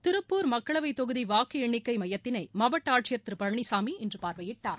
திருப்பூர் மக்களவை தொகுதி வாக்கு எண்ணிக்கை மையத்தினை மாவட்ட ஆட்சியர் திரு பழனிசாமி இன்று பார்வையிட்டார்